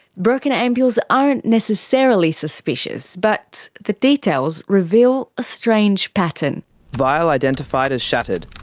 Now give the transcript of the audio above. broken ampules aren't necessarily suspicious, but the details reveal a strange pattern. vial identified as shattered.